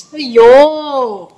!aiyo!